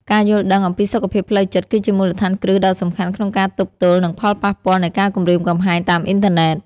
ការយល់ដឹងអំពីសុខភាពផ្លូវចិត្ត គឺជាមូលដ្ឋានគ្រឹះដ៏សំខាន់ក្នុងការទប់ទល់នឹងផលប៉ះពាល់នៃការគំរាមកំហែងតាមអ៊ីនធឺណិត។